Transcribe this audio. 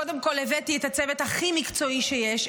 קודם כול הבאתי את הצוות הכי מקצועי שיש,